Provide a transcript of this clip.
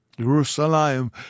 Jerusalem